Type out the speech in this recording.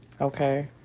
okay